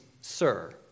sir